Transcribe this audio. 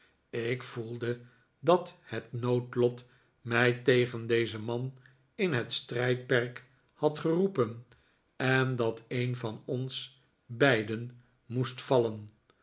ik voelde dat het noodlot mij tegen dezen man in het strijdperk had geroepen en dat een van ons beiden moest vallen